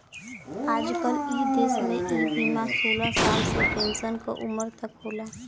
आजकल इ देस में इ बीमा सोलह साल से पेन्सन क उमर तक होला